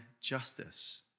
justice